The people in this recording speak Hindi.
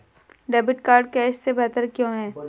डेबिट कार्ड कैश से बेहतर क्यों है?